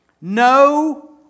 No